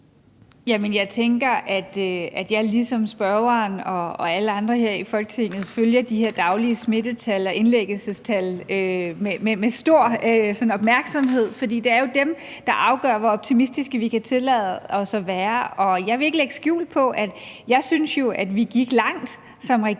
jeg tænker, at jeg ligesom spørgeren og alle andre her i Folketinget følger de her daglige smittetal og indlæggelsestal med stor opmærksomhed, for det er jo dem, der afgør, hvor optimistiske vi kan tillade os at være. Og jeg vil ikke lægge skjul på, at jeg jo synes, at vi gik langt som regering